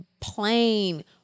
plain